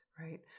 right